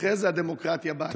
ואחרי זה הדמוקרטיה באה.